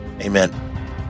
Amen